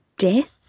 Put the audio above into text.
Death